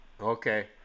okay